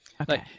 Okay